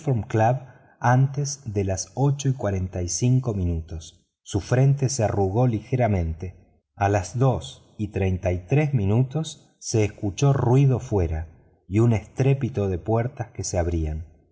antes de las ocho y cuarenta y cinco minutos su frente se an ugó ligeramente a las dos y treinta y tres minutos se escuchó ruido afuera y un estrépito de puertas que se abrían